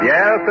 Yes